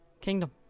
Kingdom